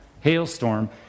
hailstorm